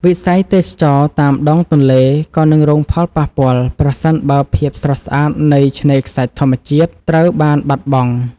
វិស័យទេសចរណ៍តាមដងទន្លេក៏នឹងរងផលប៉ះពាល់ប្រសិនបើភាពស្រស់ស្អាតនៃឆ្នេរខ្សាច់ធម្មជាតិត្រូវបានបាត់បង់។